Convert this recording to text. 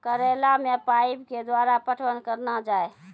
करेला मे पाइप के द्वारा पटवन करना जाए?